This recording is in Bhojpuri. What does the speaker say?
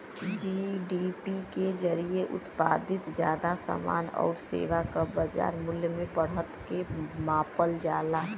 जी.डी.पी के जरिये उत्पादित जादा समान आउर सेवा क बाजार मूल्य में बढ़त के मापल जाला